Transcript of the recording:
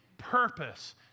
purpose